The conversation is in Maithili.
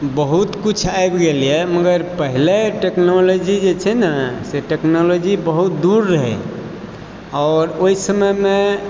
बहुत किछु आबि गेलैया मगर पहिले टेक्नोलॉजी जे छै ने से टेक्नोलॉजी बहुत दूर रहै आओर ओहि समय मे